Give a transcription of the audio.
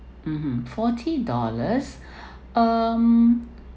mmhmm forty dollars um